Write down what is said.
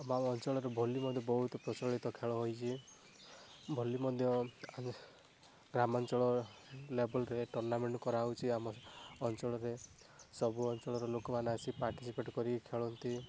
ଏବେ ଆମ ଅଞ୍ଚଳରେ ଭଲି ମଧ୍ୟ ବହୁତ ପ୍ରଚଳିତ ଖେଳ ହୋଇଛି ଭଲି ମଧ୍ୟ ଆମେ ଗ୍ରାମାଞ୍ଚଳ ଲେବୁଲରେ ଟୁର୍ଣ୍ଣାମେଣ୍ଟ କରାହଉଛି ଆମ ଅଞ୍ଚଳରେ ସବୁ ଅଞ୍ଚଳର ଲୋକମାନେ ଆସି ପାର୍ଟିସିପେଟ କରି ଖେଳନ୍ତି